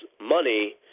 money